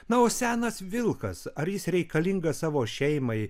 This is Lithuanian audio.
na o senas vilkas ar jis reikalingas savo šeimai